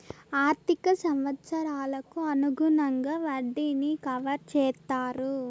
ఆర్థిక సంవత్సరాలకు అనుగుణంగా వడ్డీని కవర్ చేత్తారు